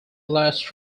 last